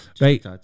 Right